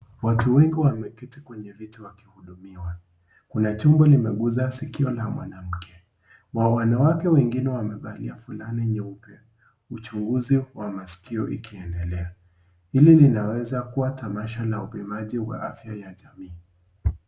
Watu wengi wameketi kwenye viti wakihudumiwa. Kuna chombo limeguza sikio la mwanamke. Wanawake wengine wamevalia fulana nyeupe. Uchunguzi wa masikio ikiendelea. Ili linaweza kuwa tamasha ya upimaji wa afya ya jamii.